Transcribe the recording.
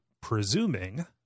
presuming